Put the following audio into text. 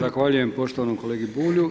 Zahvaljujem poštovanom kolegi Bulju.